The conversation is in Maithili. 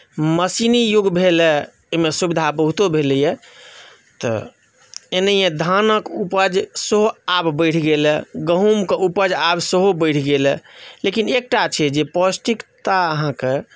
मशीनी युग भेलए ओहिमे सुविधा बहुतो भेलैए तऽ एनहिये धानक उपज सेहो आब बढ़ि गेलए गहूँमक उपज आब सेहो बढ़ि गेलए लेकिन एकटा छै जे पौष्टिकता अहाँके